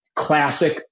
Classic